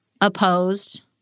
opposed